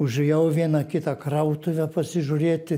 užėjau į vieną kitą krautuvę pasižiūrėti